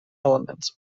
elements